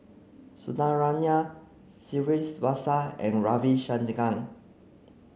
Sundaraiah Srinivasa and Ravi Shankar